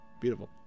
Beautiful